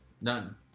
None